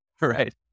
right